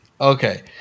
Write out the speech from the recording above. Okay